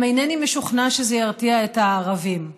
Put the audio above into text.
גם אינני משוכנע שזה ירתיע את הערבים"